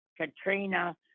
Katrina